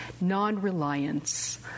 non-reliance